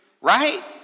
Right